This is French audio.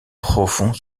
profond